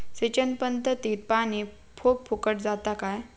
सिंचन पध्दतीत पानी खूप फुकट जाता काय?